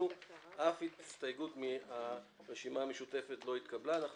אף הצעה של הרשימה המשותפת לא התקבלה והן יהפכו להסתייגויות.